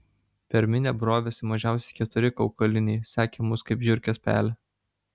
per minią brovėsi mažiausiai keturi kaukoliniai sekė mus kaip žiurkės pelę